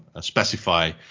specify